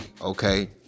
okay